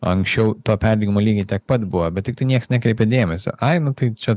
anksčiau to perdegimo lygiai taip pat buvo bet tiktai niekas nekreipė dėmesio kainų ai nu tai čia